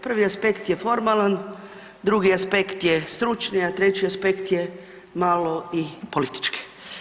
Prvi aspekt je formalan, drugi aspekt je stručni, a treći aspekt je malo i politički.